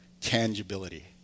tangibility